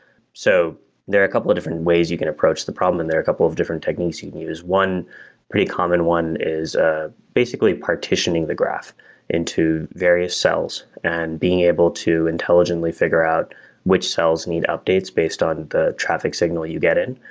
so there are a couple of different ways you can approach the problem and there a couple of different techniques you can use. one pretty common one is ah basically partitioning the graph into various cells and being able to intelligently figure out which cells need updates based on the traffic signal you get in.